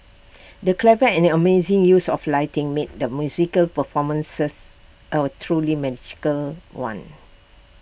the clever and amazing use of lighting made the musical performances A truly magical one